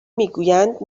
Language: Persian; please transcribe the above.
میگویند